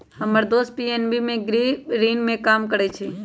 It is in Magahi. हम्मर दोस पी.एन.बी के गृह ऋण में काम करइ छई